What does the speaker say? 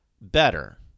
better